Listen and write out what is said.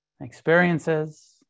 experiences